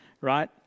right